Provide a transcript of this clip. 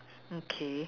okay